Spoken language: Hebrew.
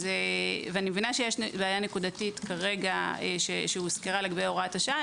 אני מבינה שיש בעיה נקודתית כרגע שהוזכרה לגבי הוראת השעה.